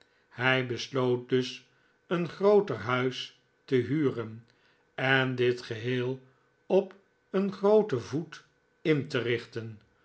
hij besloot dus een grooter huis te huren en dit geheel op een grooten voet in te richten